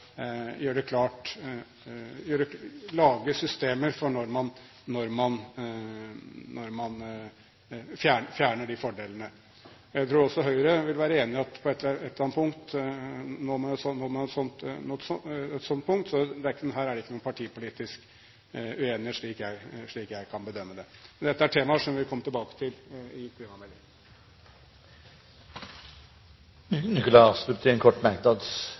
lage systemer for når man fjerner de fordelene. Jeg tror også Høyre vil være enig i at på et eller annet tidspunkt når man et sånt punkt, så her er det ikke noen partipolitisk uenighet, slik jeg kan bedømme det. Men dette er temaer som vi kommer tilbake til i klimameldingen. Nikolai Astrup har hatt ordet to ganger tidligere og får ordet til en kort merknad,